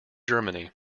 germany